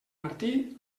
martí